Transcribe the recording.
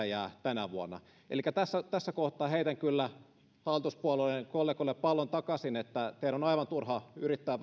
jää tänä vuonna elikkä tässä tässä kohtaa heitän kyllä hallituspuolueiden kollegoille pallon takaisin teidän on aivan turha yrittää